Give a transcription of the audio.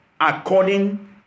according